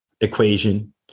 equation